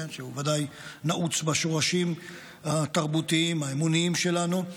שהוא ודאי נעוץ בשורשים התרבותיים והאמוניים שלנו,